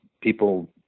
people